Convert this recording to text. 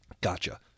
Gotcha